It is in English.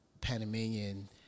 Panamanian